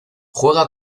juega